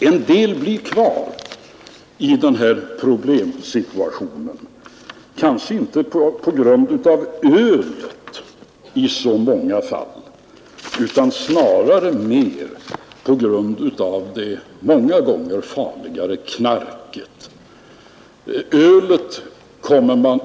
En del blir kvar i problemsituationen, kanske inte på grund av ölet i så många fall utan snarare på grund av det många gånger farligare knarket.